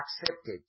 accepted